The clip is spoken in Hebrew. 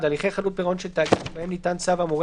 (1)הליכי חדלות פירעון של תאגיד שבהם ניתן צו המורה